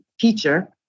teacher